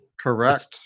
Correct